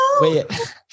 Wait